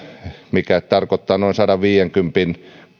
mikä tarkoittaa noin sadanviidenkymmenen euron